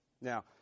Now